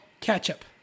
Ketchup